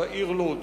סגן יושב-ראש